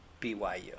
BYU